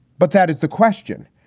but that is the question.